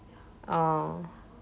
oh